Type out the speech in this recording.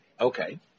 Okay